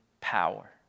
power